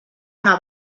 una